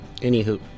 Anywho